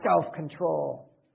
self-control